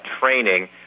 training